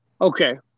Okay